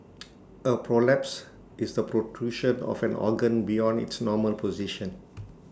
A prolapse is the protrusion of an organ beyond its normal position